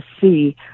see